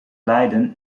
leiden